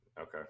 Okay